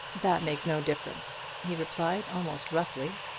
that makes no difference, he replied, almost roughly.